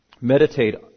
meditate